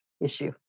issue